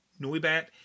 Noibat